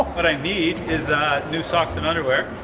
what i need is new socks and underwear.